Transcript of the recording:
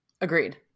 Agreed